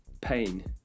pain